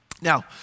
Now